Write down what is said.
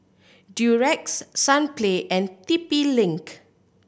Durex Sunplay and T P Link